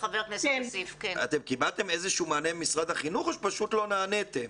אתם קיבלתם איזשהו מענה ממשרד החינוך או שפשוט לא נעניתם?